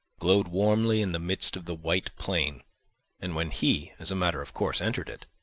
glowed warmly in the midst of the white plain and when he, as a matter of course, entered it,